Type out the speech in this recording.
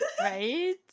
right